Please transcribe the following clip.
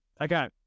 Okay